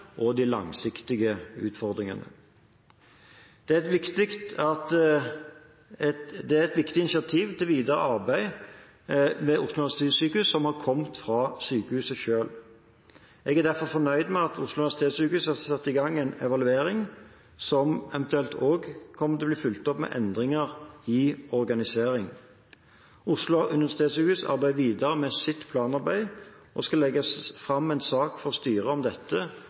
og de langsiktige utfordringene. Det er viktig at initiativ til videre arbeid ved Oslo universitetssykehus kommer fra sykehuset selv. Jeg er derfor fornøyd med at Oslo universitetssykehus har satt i gang en evaluering, som eventuelt kommer til å bli fulgt opp med endringer i organiseringen. Oslo universitetssykehus arbeider videre med sitt planarbeid og skal legge fram en sak for styret om dette